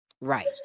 Right